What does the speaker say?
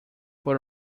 but